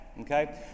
okay